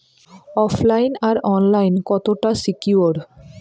ওফ line আর online কতটা secure?